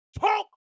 talk